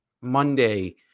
Monday